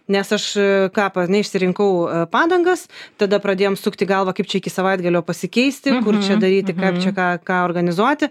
nes aš ką p ne išsirinkau padangas tada pradėjom sukti galvą kaip čia iki savaitgalio pasikeisti kur čia daryti kaip čia ką ką organizuoti